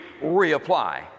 reapply